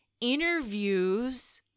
interviews